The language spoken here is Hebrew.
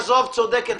אבל --- עזוב, היא צודקת.